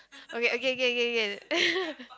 okay okay okay okay